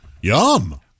Yum